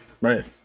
right